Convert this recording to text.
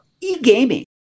E-gaming